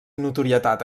notorietat